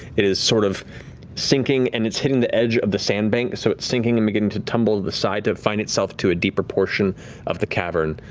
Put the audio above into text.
it is sort of sinking, and it's hitting the edge of the sand bank, so it's sinking and beginning to tumble to the side to find itself to a deeper portion of the cavern,